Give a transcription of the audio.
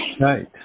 Right